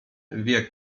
wie